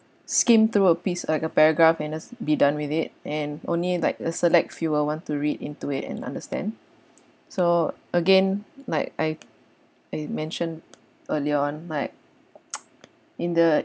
scheme through a piece like a paragraph and just be done with it and only like a select few will want to read into it and understand so again like I I mentioned earlier on like in the